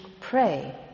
pray